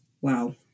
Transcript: wow